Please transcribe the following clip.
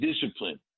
discipline